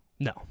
No